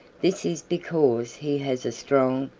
this is because he has a strong,